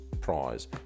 prize